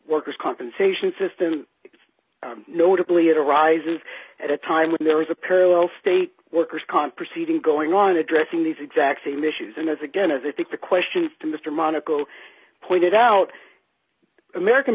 workers compensation system notably it arises at a time when there is a parallel state workers comp proceeding going on addressing these exact same issues and as again as i think the question to mr monaco pointed out american